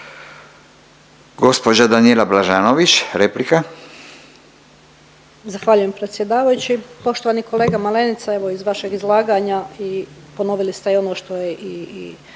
Gospođa Danijela Blažanović replika.